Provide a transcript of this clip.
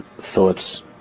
thoughts